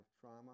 trauma